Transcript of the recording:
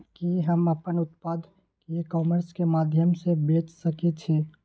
कि हम अपन उत्पाद ई कॉमर्स के माध्यम से बेच सकै छी?